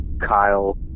Kyle